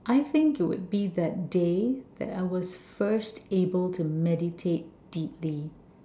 I think it would be that day that I was first able to meditate deeply